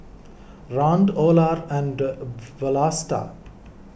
Rand Olar and Vlasta